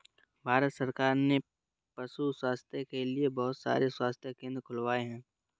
भारत सरकार ने पशु स्वास्थ्य के लिए बहुत सारे स्वास्थ्य केंद्र खुलवाए हैं